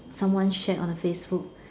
someone shared on the Facebook